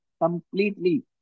completely